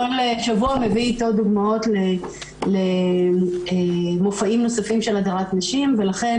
כל שבוע מביא איתו דוגמאות למופעים נוספים של הדרת נשים ולכן